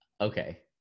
Okay